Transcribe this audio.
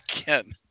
Again